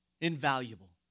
invaluable